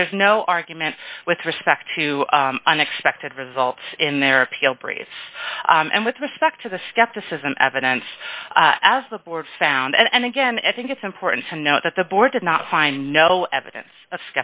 but there's no argument with respect to unexpected results in their appeal brief and with respect to the skepticism evidence as the board found and again i think it's important to note that the board did not find no evidence